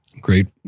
Great